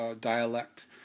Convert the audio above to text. Dialect